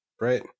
right